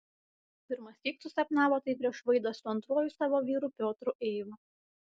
pirmąsyk susapnavo tai prieš vaidą su antruoju savo vyru piotru eiva